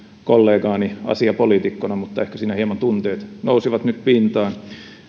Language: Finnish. kollegaani asiapoliitikkona mutta ehkä siinä hieman tunteet nousivat nyt pintaan